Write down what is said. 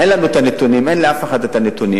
אין לנו הנתונים, אין לאף אחד את הנתונים.